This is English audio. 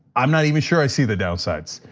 i'm not even sure i see the downsides.